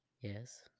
Yes